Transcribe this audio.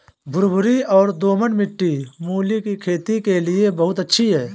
भुरभुरी और दोमट मिट्टी मूली की खेती के लिए बहुत अच्छी है